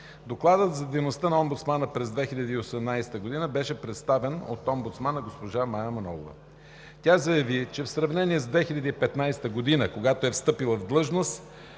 Докладът за дейността на омбудсмана през 2018 г. беше представен от омбудсмана госпожа Мая Манолова. Тя заяви, че в сравнение с 2015 г., когато е встъпила в длъжност,